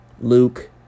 Luke